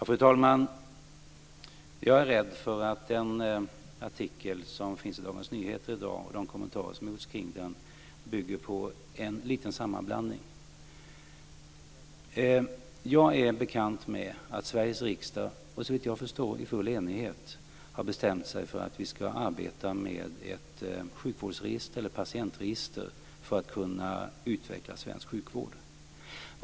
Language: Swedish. Fru talman! Jag är rädd för att den artikel som finns i Dagens Nyheter i dag och de kommentarer som har gjorts kring den bygger på en liten sammanblandning. Jag är bekant med att Sveriges riksdag har bestämt sig, så vitt jag förstår i full enighet, för att vi ska arbeta med ett sjukvårdsregister eller ett patientregister för att kunna utveckla svensk sjukvård.